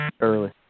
Early